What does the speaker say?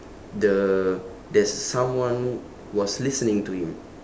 the there's someone was listening to him